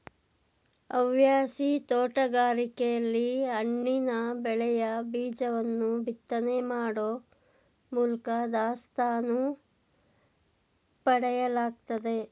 ಹವ್ಯಾಸಿ ತೋಟಗಾರಿಕೆಲಿ ಹಣ್ಣಿನ ಬೆಳೆಯ ಬೀಜವನ್ನು ಬಿತ್ತನೆ ಮಾಡೋ ಮೂಲ್ಕ ದಾಸ್ತಾನು ಪಡೆಯಲಾಗ್ತದೆ